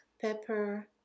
pepper